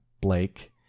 Blake